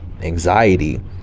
anxiety